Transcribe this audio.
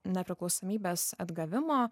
nepriklausomybės atgavimo